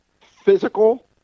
physical